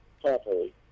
properly